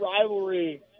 rivalry